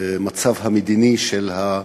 המצב המדיני וכישלון הממשלה.